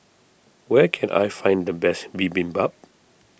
where can I find the best Bibimbap